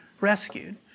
rescued